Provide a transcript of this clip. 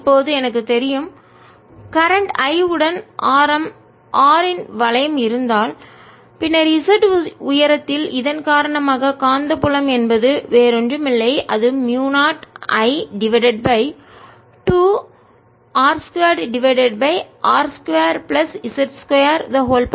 இப்போது எனக்குத் தெரியும் கரண்ட் I உடன் ஆரம் r இன் வளையம் இருந்தால் பின்னர் z உயரத்தில் இதன் காரணமாக காந்தப்புலம் என்பது வேறு ஒன்றுமில்லைஅது mu 0 I divided by 2 r 2 divided by r 2 plus z 2 32